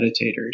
meditators